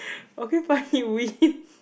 okay funny win